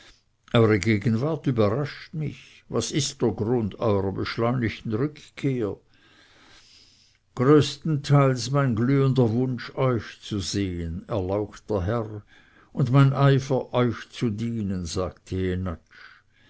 eure gegenwart überrascht mich was ist der grund eurer beschleunigten rückkehr größtenteils mein glühender wunsch euch zu sehen erlauchter herr und mein eifer euch zu dienen sagte